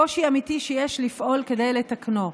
קושי אמיתי שיש לפעול כדי לתקנו.